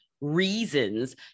reasons